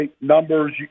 numbers